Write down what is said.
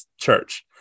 church